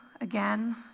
again